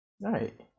Right